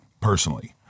personally